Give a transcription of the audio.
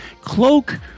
cloak